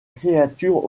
créature